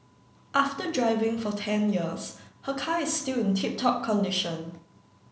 after driving for ten years her car is still in tip top condition